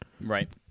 Right